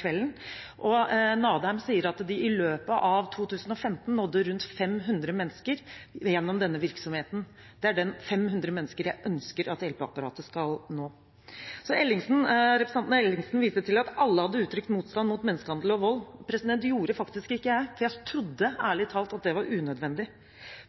kvelden, og Nadheim sier at de i løpet av 2015 nådde rundt 500 mennesker gjennom denne virksomheten. Det er 500 mennesker jeg ønsker at hjelpeapparatet skal nå. Representanten Ellingsen viste til at alle hadde uttrykt motstand mot menneskehandel og vold. Det gjorde faktisk ikke jeg, for jeg trodde